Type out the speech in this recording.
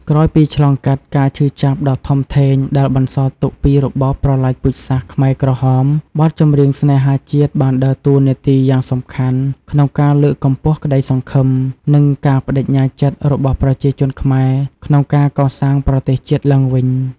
ក្រោយពីឆ្លងកាត់ការឈឺចាប់ដ៏ធំធេងដែលបន្សល់ទុកពីរបបប្រល័យពូជសាសន៍ខ្មែរក្រហម បទចម្រៀងស្នេហាជាតិបានដើរតួនាទីយ៉ាងសំខាន់ក្នុងការ លើកកម្ពស់ក្តីសង្ឃឹម និង ការប្ដេជ្ញាចិត្ត របស់ប្រជាជនខ្មែរក្នុងការ កសាងប្រទេសជាតិឡើងវិញ។